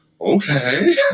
okay